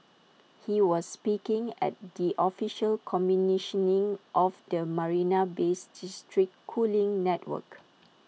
he was speaking at the official commissioning of the marina Bay's district cooling network